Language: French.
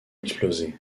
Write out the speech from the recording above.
explosé